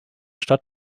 stadt